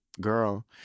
girl